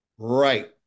Right